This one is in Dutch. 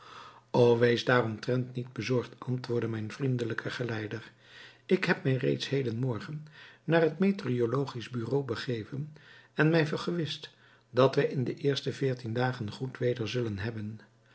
o wees daaromtrent niet bezorgd antwoordde mijn vriendelijke geleider ik heb mij reeds heden morgen naar het meteorologisch bureau begeven en mij vergewist dat wij in de eerste veertien dagen goed weder zullen hebben